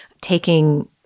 taking